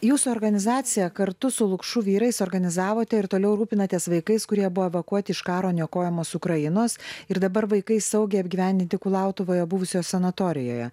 jūsų organizacija kartu su lukšų vyrais organizavote ir toliau rūpinatės vaikais kurie buvo evakuoti iš karo niokojamos ukrainos ir dabar vaikai saugiai apgyvendinti kulautuvoje buvusioje sanatorijoje